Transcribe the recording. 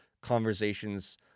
conversations